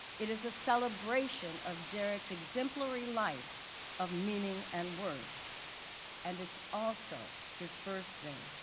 it is a celebration of derrick's exemplary life of meaning and worth and it's also his birthday.